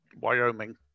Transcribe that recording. Wyoming